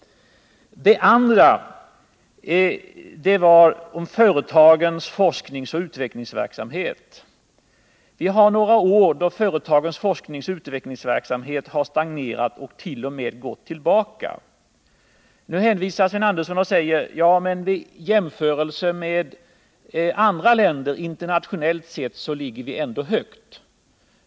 ; En annan sak var företagens forskningsoch utvecklingsverksamhet. Vi har bakom oss några år då företagens forskningsoch utvecklingsverksamhet har stagnerat och t.o.m. gått tillbaka. Sven Andersson säger att vi i jämförelse med andra länder ändå ligger högt.